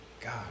God